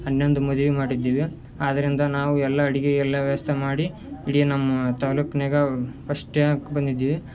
ಹನ್ನೊಂದು ಮದುವೆ ಮಾಡಿದ್ದೀವಿ ಆದ್ದರಿಂದ ನಾವು ಎಲ್ಲ ಅಡುಗೆ ಎಲ್ಲ ವ್ಯವಸ್ಥೆ ಮಾಡಿ ಇಡೀ ನಮ್ಮ ತಾಲೂಕ್ನಾಗ ಬಂದಿದ್ದೀವಿ